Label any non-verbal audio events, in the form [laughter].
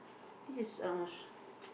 this is uh [noise]